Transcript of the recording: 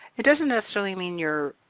it doesn't necessarily mean your